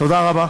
תודה רבה.